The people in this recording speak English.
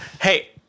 Hey